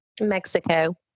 mexico